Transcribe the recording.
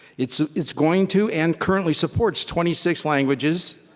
it's it's going to, and currently supports twenty six languages.